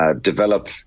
develop